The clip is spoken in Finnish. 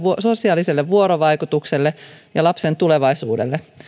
sosiaaliselle vuorovaikutukselle ja lapsen tulevaisuudelle